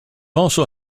also